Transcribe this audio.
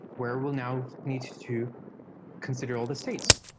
where we'll now need to consider all the states.